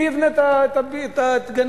מי יבנה את גני-הילדים?